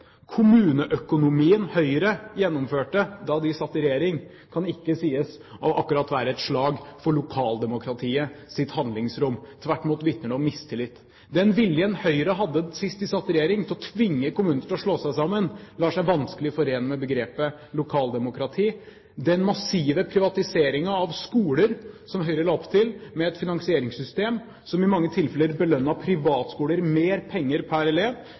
Kommuneøkonomien som Høyre gjennomførte da de satt i regjering, kan ikke akkurat sies å være et slag for lokaldemokratiets handlingsrom. Tvert imot vitner det om mistillit. Den viljen Høyre hadde sist de satt i regjering til å tvinge kommuner til å slå seg sammen, lar seg vanskelig forene med begrepet «lokaldemokrati». Den massive privatiseringen av skoler, som Høyre la opp til, med et finansieringssystem som i mange tilfeller belønnet privatskoler med mer penger per elev